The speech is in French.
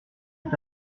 est